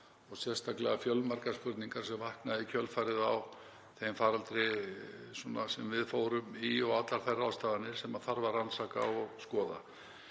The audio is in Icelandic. og sérstaklega fjölmargar spurningar sem vakna í kjölfar þess faraldurs sem við vorum í og allra þeirra ráðstafana sem þarf að rannsaka og skoða.